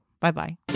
Bye-bye